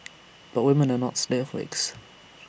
but women are not snowflakes